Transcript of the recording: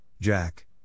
Jack